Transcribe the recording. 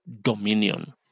dominion